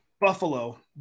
Buffalo